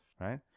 right